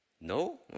No